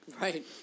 Right